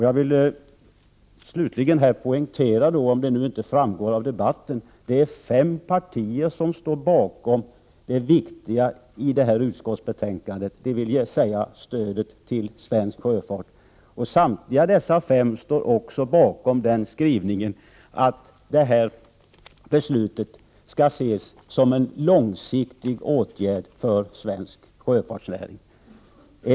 Jag vill slutligen poängtera — om det inte framgår av debatten — att det är fem partier som står bakom det viktiga förslag för svensk sjöfart som behandlas i det här utskottsbetänkandet. Samtliga dessa fem står bakom skrivningen att förslaget skall ses som en långsiktig åtgärd för svensk sjöfartsnäring.